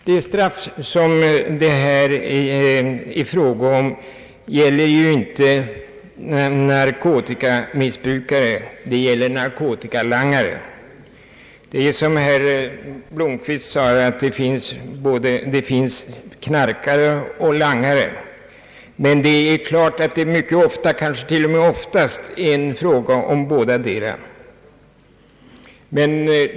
Det straff som det här är fråga om gäller ju inte narkotikamissbrukare utan narkotikalangare. Som herr Blomquist anförde, finns det både knarkare och langare. Men det är klart att det mycket ofta, kanske till och med oftast, är fråga om båda kategorier samtidigt.